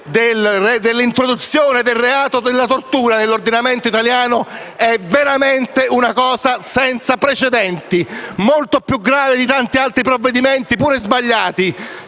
dell'introduzione del reato di tortura nell'ordinamento italiano è veramente qualcosa senza precedenti, molto più grave di tanti altri provvedimenti, pure sbagliati,